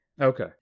Okay